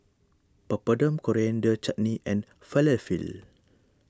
Papadum Coriander Chutney and Falafel